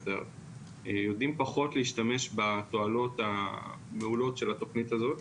יודעים פחות להשתמש בתועלות המעולות של התוכנית הזאת.